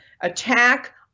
attack